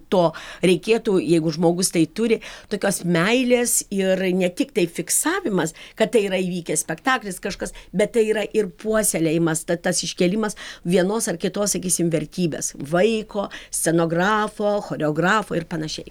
to reikėtų jeigu žmogus tai turi tokios meilės ir ne tiktai fiksavimas kad tai yra įvykęs spektaklis kažkas bet tai yra ir puoselėjimas tad tas iškėlimas vienos ar kitos sakysim vertybės vaiko scenografo choreografo ir panašiai